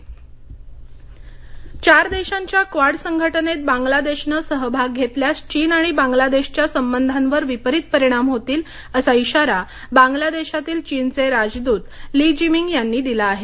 चीन बांग्लादेश चारदेशांच्याक्वाड संघटनेत बांग्लादेशनं सहभाग घेतल्यास चीन आणि बांग्लादेशच्यासंबधांवरविपरीत परिणाम होतील असा इशारा बांग्लादेशातील चीनचे राजदूत लीजिमींग यांनी दिलाआहे